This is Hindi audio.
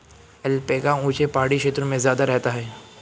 ऐल्पैका ऊँचे पहाड़ी क्षेत्रों में ज्यादा रहता है